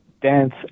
dance